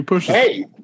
Hey